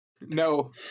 No